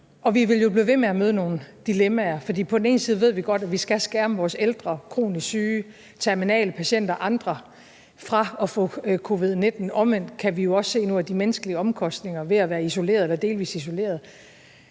vi vil jo blive ved med at møde nogle dilemmaer, for på den ene side ved vi godt, at vi skal skærme vores ældre, kronisk syge, terminale patienter og andre mod at få covid-19 – omvendt kan vi også se nu, at de menneskelige omkostninger ved at være isoleret eller delvist isoleret